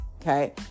okay